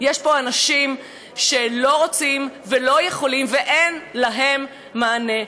יש פה אנשים שלא רוצים ולא יכולים ואין להם מענה.